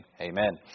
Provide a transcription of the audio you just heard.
Amen